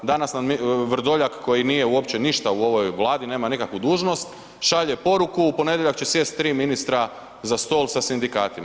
Danas nam Vrdoljak koji nije uopće ništa u ovoj Vladi nema nikakvu dužnost, šalje poruku u ponedjeljak će sjesti 3 ministra za stol sa sindikatima.